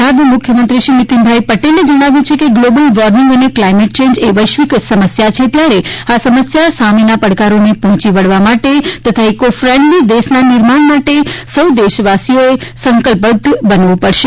નાયબ મુખ્યમંત્રી શ્રી નીતિનભાઇ પટેલે જણાવ્યું છે કે ગ્લોબલ ર્વોમિંગ અને કલાઇમેટ ચેન્જ એ વૈશ્વિક સમસ્યા છે ત્યારે આ સમસ્યા સામેના પડકારોને પહોંચી વળવા માટે તથા ઇકો ફેન્ડલી દેશના નિર્માણ માટે સૌ દેશવાસીઓએ સંકલ્પબદ્ધ બનવું પડશે